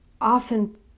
often